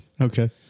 Okay